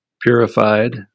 purified